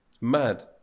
Mad